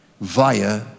via